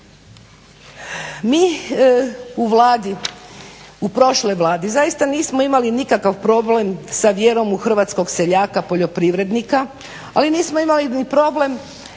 Mi u Vladi, u prošloj Vladi zaista nismo imali nikakav problem sa vjerom u hrvatskog seljaka poljoprivrednika, ali nismo imali ni problem